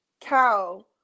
cow